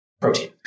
protein